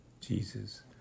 Jesus